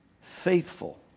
faithful